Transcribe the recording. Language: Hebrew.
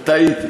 וטעיתי.